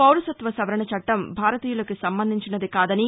పౌరసత్వ సవరణ చట్టం భారతీయులకి సంబంధించినది కాదని